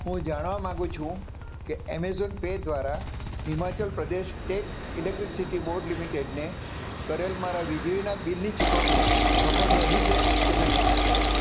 હું જાણવા માંગુ છું કે એમેઝોન પે દ્વારા Himachal Pradesh state electricity board લિમિટેડને કરેલ મારા વીજળીનાં બિલની ચુકવણી સફળ રહી છે કે નહીં